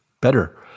better